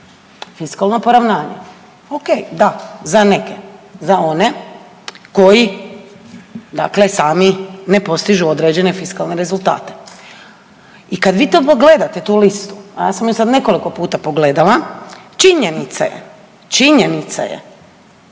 fiskalna poravnanja. Okej da za neke, za one koji dakle sami ne postižu određene fiskalne rezultate. I kad vi to pogledate tu listu, a sam ju sad nekoliko puta pogledala činjenica je, činjenica je